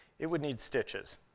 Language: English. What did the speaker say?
it would need stitches.